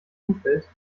umfeld